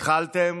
התחלתם,